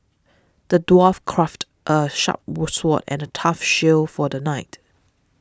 the dwarf crafted a sharp sword and a tough shield for the knight